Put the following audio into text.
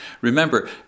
Remember